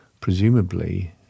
presumably